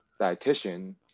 dietitian